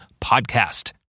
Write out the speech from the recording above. podcast